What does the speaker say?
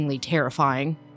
terrifying